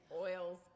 oils